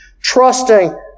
trusting